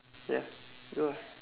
ya